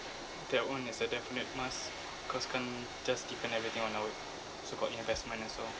that [one] is a definite must cause can't just depend everything on our own so called investment also